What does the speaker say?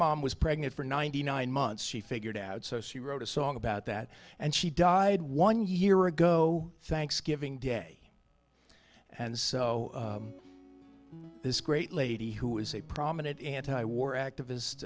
mom was pregnant for ninety nine months she figured out so she wrote a song about that and she died one year ago thanksgiving day and so this great lady who is a prominent anti war